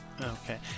Okay